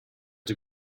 the